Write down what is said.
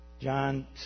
John